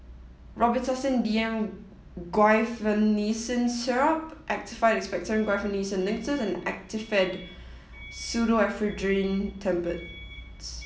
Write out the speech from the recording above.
Robitussin D M Guaiphenesin Syrup Actified Expectorant Guaiphenesin Linctus and Actifed Pseudoephedrine Tablets